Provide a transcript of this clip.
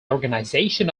organization